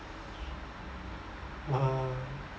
ah